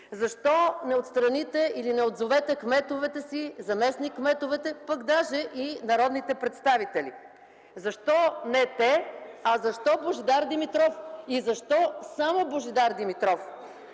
Защо не отстраните или не отзовете кметовете си, заместник-кметовете, пък и даже народните представители? Защо не те, а защо Божидар Димитров? И защо само Божидар Димитров?